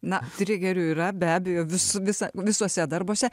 na trigerių yra be abejo visa visa visuose darbuose